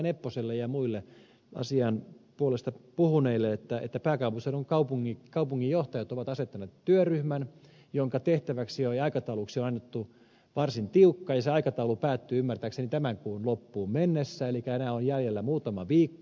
nepposelle ja muille asian puolesta puhuneille myöskin se että pääkaupunkiseudun kaupunginjohtajat ovat asettaneet työryhmän jonka tehtävän aikataulu on varsin tiukka ja se aikataulu päättyy ymmärtääkseni tämän kuun loppuun mennessä elikkä enää on jäljellä muutama viikko